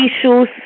issues